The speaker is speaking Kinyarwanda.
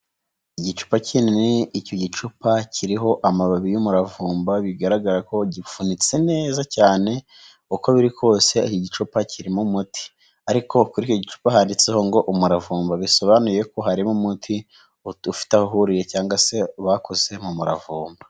Igicupa kinini, icyo gicupa kiriho amababi y'umuravumba bigaragara ko gifunitse neza cyane uko biri kose Igicupa kirimo umuti ariko handitseho ngo umuravumba bisobanuye ko harimo umuti ufite aho uhuriye cyangwa se bakoze mu muravumba.